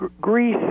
Greece